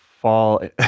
fall